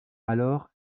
alors